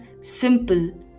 simple